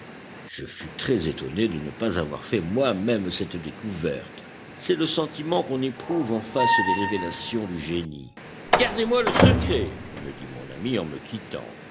je fus très-étonné de ne pas avoir fait moi-même cette découverte c'est le sentiment qu'on éprouve en face des révélations du génie gardez-moi le secret me dit mon ami en me quittant